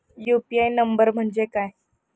UPI number म्हणजे काय?